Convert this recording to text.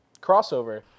crossover